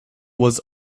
was